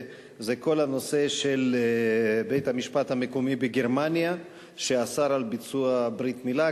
כל הנושא של בית-המשפט המקומי בגרמניה שאסר ביצוע ברית-מילה,